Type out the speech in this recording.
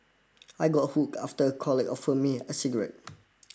I got hooked after a colleague offered me a cigarette